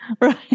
Right